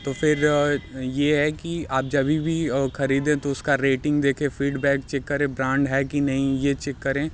तो फिर ये है कि आप जभी भी खरीदें तो उसका रेटिंग देखें फ़ीडबैक चेक करें ब्रांड है कि नहीं ये चेक करें